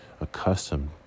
accustomed